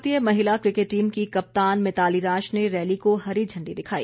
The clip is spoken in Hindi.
भारतीय महिला क्रिकेट टीम की कप्तान मिताली राज ने रैली को हरी झंडी दिखाई